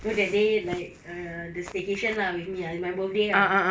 know that day like err the staycation lah with me ah it's my birthday ah